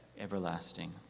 Everlasting